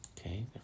okay